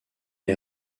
est